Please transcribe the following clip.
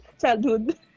Childhood